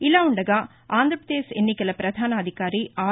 ఇలా ఉండగా ఆంధ్రప్రదేశ్ ఎన్నికల ప్రధానాధికారి ఆర్